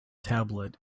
tablet